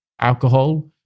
alcohol